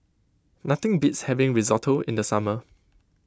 nothing beats having Risotto in the summer